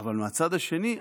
אבל מהצד השני,